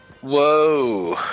Whoa